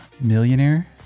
millionaire